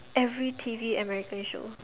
every T_V American show